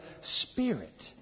Spirit